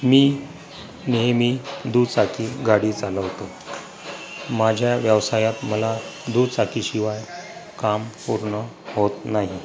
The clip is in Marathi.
मी नेहमी दुचाकी गाडी चालवतो माझ्या व्यवसायात मला दुचाकीशिवाय काम पूर्ण होत नाही